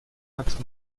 hat